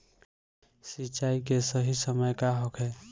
सिंचाई के सही समय का होखे?